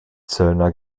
zöllner